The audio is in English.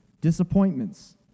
disappointments